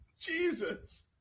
Jesus